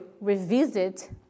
revisit